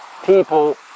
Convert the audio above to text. people